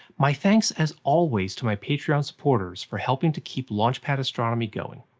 my thanks as always to my patreon supporters for helping to keep launch pad astronomy going.